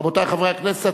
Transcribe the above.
רבותי חברי הכנסת,